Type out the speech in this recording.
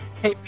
Hey